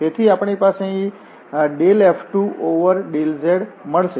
તેથી આપણે અહીં del F2 over del z મળશે